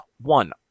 one